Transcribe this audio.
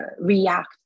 react